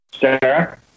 Sarah